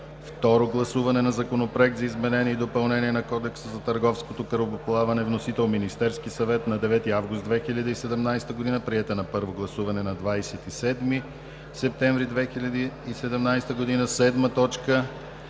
6.Второ гласуване на Законопроекта за изменение и допълнение на Кодекса на търговското корабоплаване. (Вносител е Министерският съвет на 9 август 2017 г. Приет е на първо гласуване на 27 септември 2017 г.)